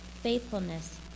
faithfulness